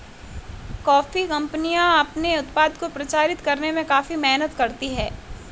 coffee कंपनियां अपने उत्पाद को प्रचारित करने में काफी मेहनत करती हैं